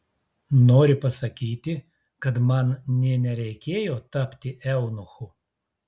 nori pasakyti kad man nė nereikėjo tapti eunuchu